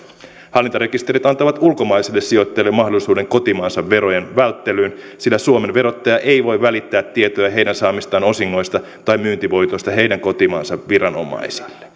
hallintarekisterit antavat ulkomaisille sijoittajille mahdollisuuden kotimaansa verojen välttelyyn sillä suomen verottaja ei voi välittää tietoja heidän saamistaan osingoista tai myyntivoitoista heidän kotimaansa viranomaisille